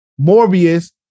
Morbius